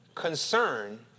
Concern